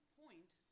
point